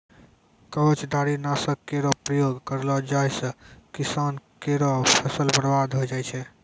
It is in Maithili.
कवचधारी? नासक केरो प्रयोग करलो जाय सँ किसान केरो फसल बर्बाद होय जाय छै